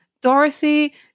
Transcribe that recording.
Dorothy